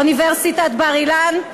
אוניברסיטת בר-אילן,